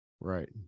right